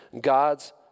God's